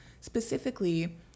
Specifically